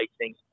racing